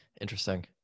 interesting